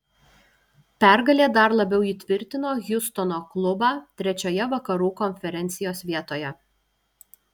pergalė dar labiau įtvirtino hjustono klubą trečioje vakarų konferencijos vietoje